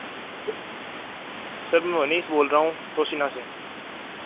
sir मैं मनीष बोल रहा हूँ तोसीना से